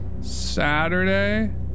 Saturday